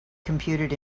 computed